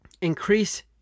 increase